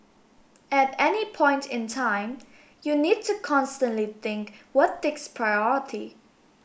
at any point in time you need to constantly think what takes priority